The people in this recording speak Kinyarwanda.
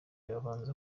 babanza